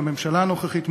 בממשלה הנוכחית,